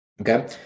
Okay